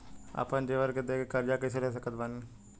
आपन जेवर दे के कर्जा कइसे ले सकत बानी?